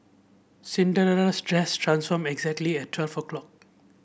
Cinderella's dress transformed exactly at twelve o'clock